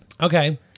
Okay